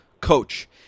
coach